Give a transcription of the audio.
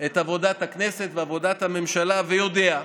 את עבודת הכנסת ועבודת הממשלה ויודע,